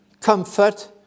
Comfort